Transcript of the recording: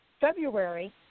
February